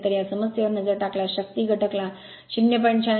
तर या समस्येवर नजर टाकल्यास शक्ती घटक ला 0